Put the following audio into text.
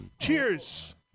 Cheers